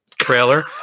trailer